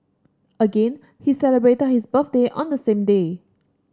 again he celebrated his birthday on the same day